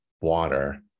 water